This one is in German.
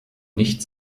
nicht